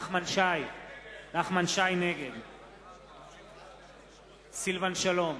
נגד סילבן שלום,